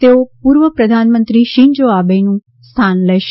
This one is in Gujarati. તેઓ પૂર્વ પ્રધાનમંત્રી શિંજો આબેનું સ્થાન લેશે